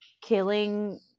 killing